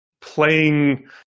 playing